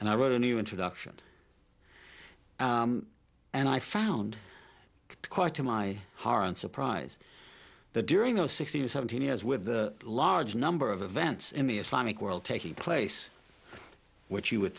and i wrote a new introduction and i found quite to my horror and surprise the during those sixteen seventeen years with the large number of events in the islamic world taking place which you would